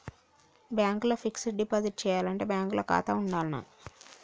Bank ల fixed deposit చేయాలంటే bank ల ఖాతా ఉండాల్నా?